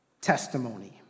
testimony